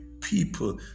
people